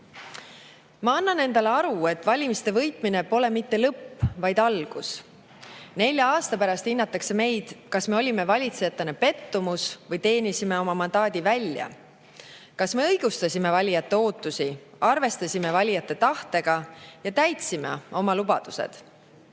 Ma annan endale aru, et valimiste võitmine pole mitte lõpp, vaid algus. Nelja aasta pärast hinnatakse meid, kas me olime valitsejatena pettumus või teenisime oma mandaadi välja, kas me õigustasime valijate ootusi, arvestasime valijate tahtega ja täitsime oma lubadused.